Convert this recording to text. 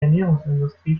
ernährungsindustrie